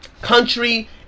country